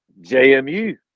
jmu